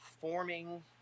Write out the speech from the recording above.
forming